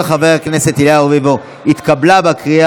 לוועדה שתקבע ועדת הכנסת נתקבלה.